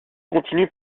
continue